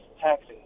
taxing